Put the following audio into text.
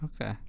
Okay